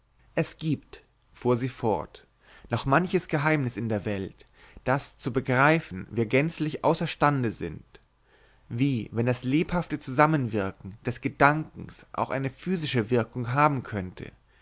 es gibt fuhr sie fort noch manches geheimnis in der welt das zu begreifen wir gänzlich außerstande sind wie wenn das lebhafte zusammenwirken des gedankens auch eine physische wirkung haben könnte